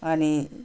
अनि